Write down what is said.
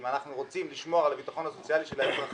אם אנחנו רוצים לשמור על הביטחון הסוציאלי של האזרחים